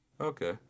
okay